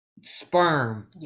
sperm